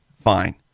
Fine